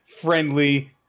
friendly